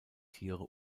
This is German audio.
tiere